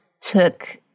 took